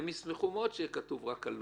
האם ישמחו מאוד שיהיה כתוב רק "עלול",